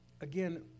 again